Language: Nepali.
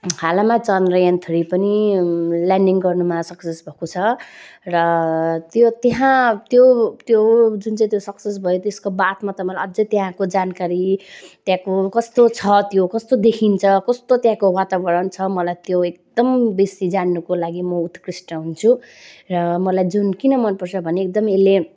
हालैमा चन्द्रयान थ्री पनि ल्यान्डिङ गर्नमा सक्सेस भएको छ र त्यो त्यहाँ त्यो त्यो जुन चाहिँ त्यो सक्सेस भयो त्यसको बादमा त मलाई अझै त्यहाँको जानकारी त्यहाँको कस्तो छ त्यो कस्तो देखिन्छ कस्तो त्यहाँको वातावरण छ मलाई त्यो एकदम बेसी जान्नको लागि म उत्कृष्ट हुन्छु र मलाई जुन किन मनपर्छ भने एकदम यसले